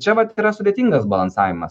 čia vat yra sudėtingas balansavimas